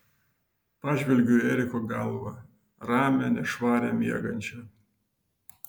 pažvelgiu į eriko galvą ramią nešvarią miegančią